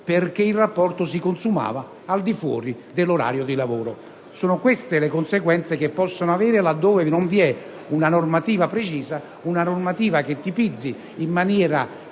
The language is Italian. perché il rapporto si consumava al di fuori dell'orario di lavoro. Sono queste le conseguenze che possono determinarsi laddove non vi sia una normativa precisa, che tipizzi in maniera